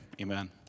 Amen